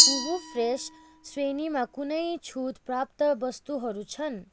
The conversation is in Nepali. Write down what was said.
हुभु फ्रेस श्रेणीमा कुनै छुट प्राप्त वस्तुहरू छन्